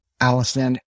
Allison